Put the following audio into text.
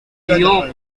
duo